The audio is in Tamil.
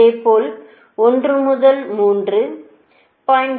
இதே போல் 1 முதல் 3 0